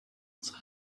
unsere